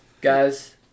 Guys